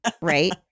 Right